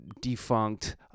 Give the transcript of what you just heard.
defunct